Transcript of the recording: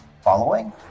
following